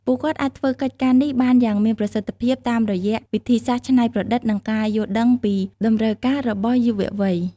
ពួកគាត់អាចធ្វើកិច្ចការនេះបានយ៉ាងមានប្រសិទ្ធភាពតាមរយៈវិធីសាស្ត្រច្នៃប្រឌិត និងការយល់ដឹងពីតម្រូវការរបស់យុវវ័យ។